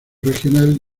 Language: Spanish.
regional